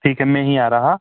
ठीक है मैं ही आ रहा